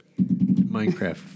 Minecraft